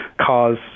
cause